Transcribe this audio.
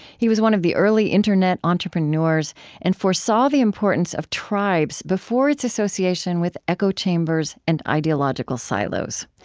he was one of the early internet entrepreneurs and foresaw the importance of tribes before its association with echo chambers and ideological silos.